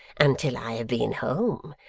until i have been home,